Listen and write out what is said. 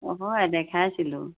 হয় দেখাইছিলোঁ